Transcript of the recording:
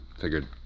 Figured